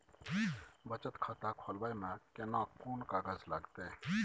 बचत खाता खोलबै में केना कोन कागज लागतै?